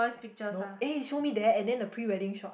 no eh show me that and then the pre wedding shot